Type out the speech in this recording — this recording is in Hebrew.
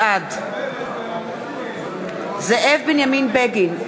בעד זאב בנימין בגין,